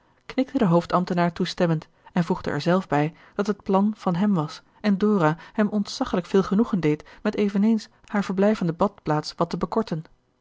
knikte de hoofdambtenaar toestemmend en voegde er zelf bij dat het plan van hem was en dora hem ontzaggelijk veel genoegen deed met eveneens haar verblijf aan de badplaats wat te bekorten